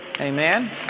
Amen